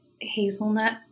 hazelnut